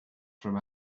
from